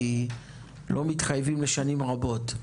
כי לא מתחייבים לשנים רבות.